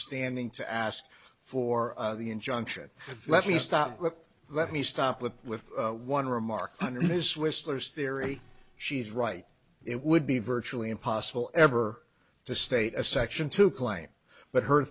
standing to ask for the injunction let me stop let me stop with with one remark under this whistler's theory she's right it would be virtually impossible ever to state a section to claim but her